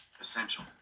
essential